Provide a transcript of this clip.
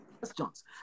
questions